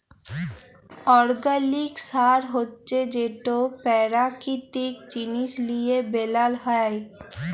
organic সার হছে যেট পেরাকিতিক জিনিস লিঁয়ে বেলাল হ্যয়